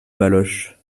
baloche